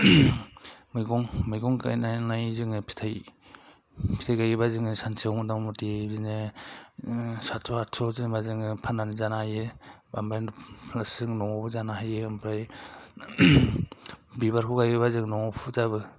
मैगं मैगं गायनानै जोङो फिथाइ थायोब्ला सानसेयारि मथा मथि बिदिनो सातस' आठस' जेनेबा जोङो फाननानै जानो हायो ओमफ्राय जों न'आवबो जानो हायो ओमफ्राय बिबारखौ गायोब्ला जों न'आव फुजाबो